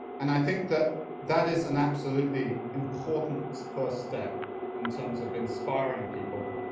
and i think that that is an absolutely important first step in terms of inspiring people